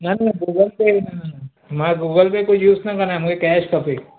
न न Google Pay न मां गूगल पे कोई यूज़ न कंदो आहे मूंखे कैश खपे